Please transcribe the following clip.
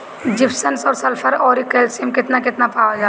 Gypsum मैं sulphur औरी calcium कितना कितना पावल जाला?